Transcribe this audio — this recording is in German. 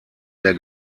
der